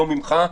לא ממך,